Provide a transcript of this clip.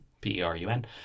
P-E-R-U-N